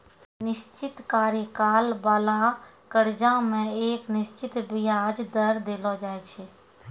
निश्चित कार्यकाल बाला कर्जा मे एक निश्चित बियाज दर देलो जाय छै